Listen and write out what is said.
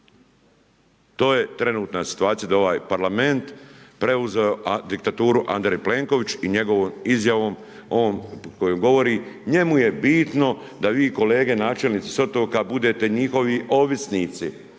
To je trenutna situacija da je ovaj Parlament preuzeo diktaturu Andrej Plenković i njegovom izjavom koju govori, njemu je bitno da vi kolege načelnici s otoka budete njihovi ovisnici.